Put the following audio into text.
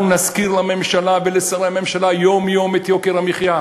אנחנו נזכיר לממשלה ולשרי הממשלה יום-יום את יוקר המחיה,